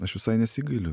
aš visai nesigailiu